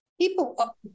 People